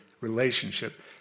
relationship